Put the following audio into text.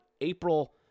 April